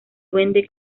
duende